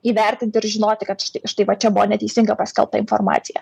įvertinti ir žinoti kad štai va čia buvo neteisinga paskelbta informacija